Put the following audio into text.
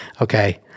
okay